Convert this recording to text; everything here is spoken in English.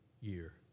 year